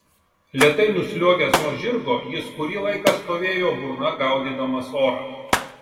lėtai nusliuogęs nuo žirgo jis kurį laiką stovėjo burna gaudydamas orą